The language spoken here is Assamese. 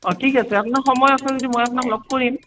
অঁ ঠিক আছে আপোনাৰ সময় আছে যদি মই আপোনাক লগ কৰিম